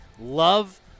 love